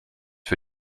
für